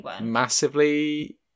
massively